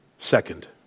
Second